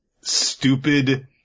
stupid